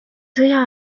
sõja